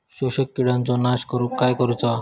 शोषक किडींचो नाश करूक काय करुचा?